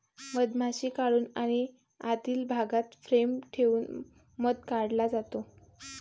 मधमाशी काढून आणि आतील भागात फ्रेम ठेवून मध काढला जातो